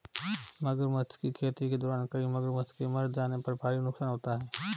मगरमच्छ की खेती के दौरान कई मगरमच्छ के मर जाने पर भारी नुकसान होता है